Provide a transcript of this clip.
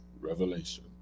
Revelation